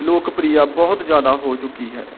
ਲੋਕ ਪ੍ਰੀਆ ਬਹੁਤ ਜਿਆਦਾ ਹੋ ਚੁੱਕੀ ਹੈ